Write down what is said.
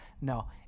No